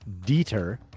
Dieter